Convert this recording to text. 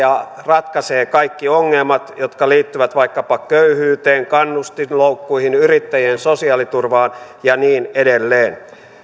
ratkaisee kaikki ongelmat jotka liittyvät vaikkapa köyhyyteen kannustinloukkuihin yrittäjien sosiaaliturvaan ja niin edelleen